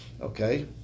Okay